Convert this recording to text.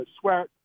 sweat